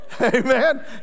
Amen